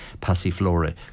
passiflora